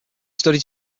studied